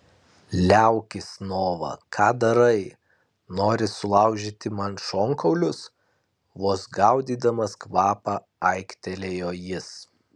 liaukis nova ką darai nori sulaužyti man šonkaulius vos gaudydamas kvapą aiktelėjo jis